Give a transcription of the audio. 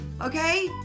Okay